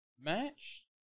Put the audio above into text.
match